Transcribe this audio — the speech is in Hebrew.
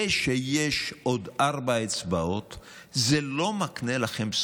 זה שיש עוד ארבע אצבעות זה לא מקנה לכם את